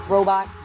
Robot